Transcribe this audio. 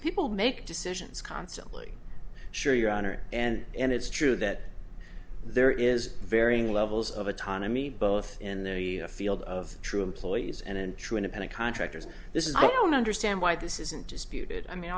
people make decisions constantly sure your honor and it's true that there is varying levels of autonomy both in the field of true employees and true independent contractors this is i don't understand why this isn't disputed i mean